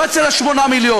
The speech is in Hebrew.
לא אצל 8 מיליון,